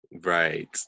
right